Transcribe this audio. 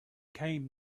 came